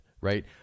right